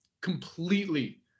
completely